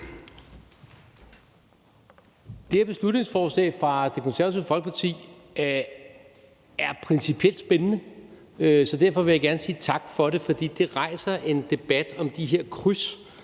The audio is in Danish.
Det her beslutningsforslag fra Det Konservative Folkeparti er principielt spændende. Derfor vil jeg gerne sige tak for det, for det rejser en debat om de her kryds,